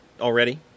Already